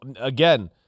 again